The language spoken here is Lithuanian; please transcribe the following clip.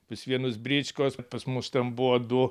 pas vienus bričkos pas mus ten buvo du